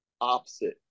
opposite